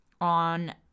on